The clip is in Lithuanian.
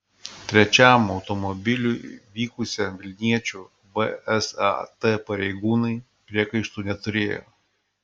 trečiam automobiliu vykusiam vilniečiui vsat pareigūnai priekaištų neturėjo